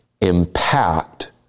impact